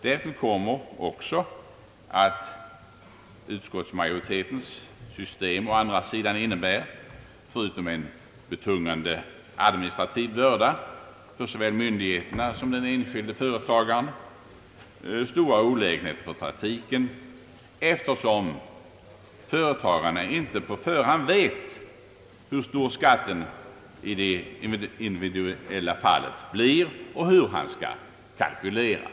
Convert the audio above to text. Därtill kommer också att utskottsmajoritetens system å andra sidan innebär — förutom en betungande administrativ börda för såväl myndigheterna som den enskilde företagaren — stora olägenheter för trafiken, eftersom företagarna inte på förhand vet hur stor skatten blir i det individuella fallet och hur de skall kalkylera.